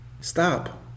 stop